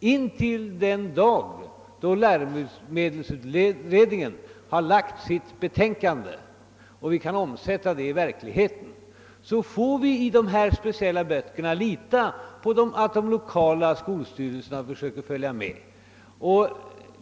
Intill den dag då läromedelsutredningen har lagt fram sitt betänkande och vi kan omsätta det i verkligheten får vi beträffande dessa speciella böcker lita på att de lokala skolstyrelserna försöker följa med.